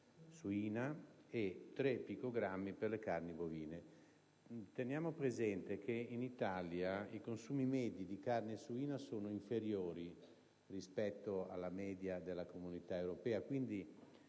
suina, e a tre picogrammi, per le carni bovine. Teniamo presente che in Italia i consumi medi di carne suina sono inferiori rispetto alla media della comunitaria,